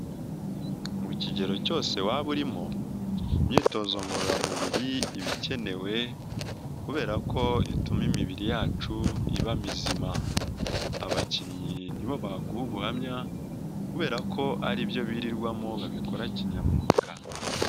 Mu kigero cyose waba urimo imyitozo ngororamubiri iba ikenewe kubera ko ituma imibiri yacu iba mizima, abakinnyi ni bo baguha ubuhamya kubera ko ari byo birirwamo babikora kinyamwuga.